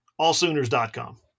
allsooners.com